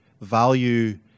value